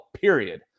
period